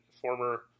former